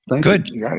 Good